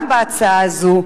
גם בהצעה הזו,